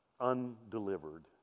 undelivered